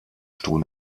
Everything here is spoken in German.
stroh